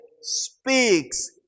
speaks